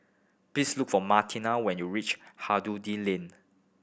please look for Martina when you reach Lane